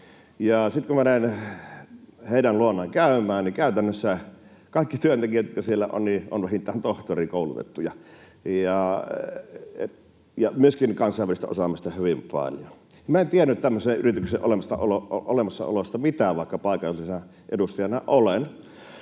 minä lähden heidän luonaan käymään, niin käytännössä kaikki työntekijät, jotka siellä ovat, ovat vähintään tohtorikoulutettuja. Myöskin kansainvälistä osaamista on hyvin paljon. Minä en tiennyt tämmöisen yrityksen olemassaolosta mitään, vaikka paikallisena edustajana olen.